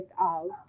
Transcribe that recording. out